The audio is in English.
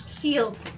Shields